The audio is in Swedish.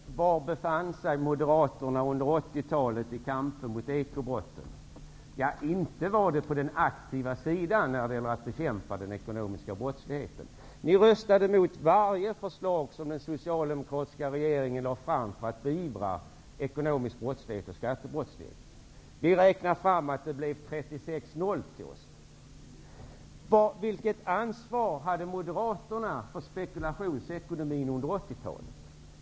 Herr talman! Var befann sig Moderaterna under 80-talet i kampen mot ekobrotten? Inte var de på den aktiva sidan. Ni röstade mot varje förslag som den socialdemokratiska regeringen lade fram för att beivra ekonomisk brottslighet och skattebrottslighet. Vi räknade fram att det blev 36-- 0 till oss. Vilket ansvar hade Moderaterna för spekulationsekonomin under 80-talet?